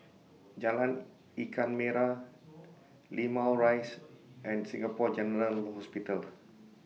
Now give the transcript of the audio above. Jalan Ikan Merah Limau Rise and Singapore General Hospital